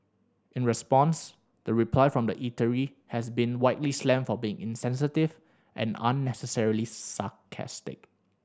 in response the reply from the eatery has been widely slammed for being insensitive and unnecessarily sarcastic